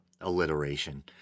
alliteration